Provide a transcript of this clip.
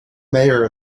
mayor